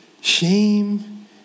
shame